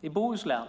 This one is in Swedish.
I Bohuslän